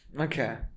Okay